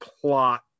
plot